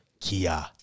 Kia